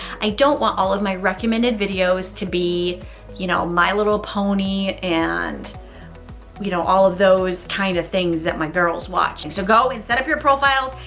i don't want all of my recommended videos to me you know my little pony and you know all of those kind of things that my girls watch. so go and set up your profiles,